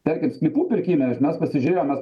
tarkim sklypų pirkime mes pasižiūrėjom mes